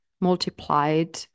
multiplied